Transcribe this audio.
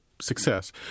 success